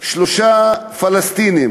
שלושה פלסטינים: